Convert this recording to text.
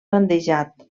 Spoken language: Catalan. bandejat